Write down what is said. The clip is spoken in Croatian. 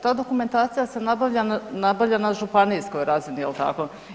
Ta dokumentacija se nabavlja na županijskoj razini jel tako?